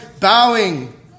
bowing